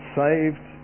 saved